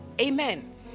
amen